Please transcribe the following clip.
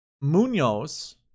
Munoz